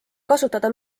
kasutada